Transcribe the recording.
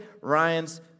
Ryan's